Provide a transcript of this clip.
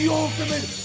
ultimate